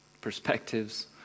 perspectives